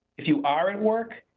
if you are at work,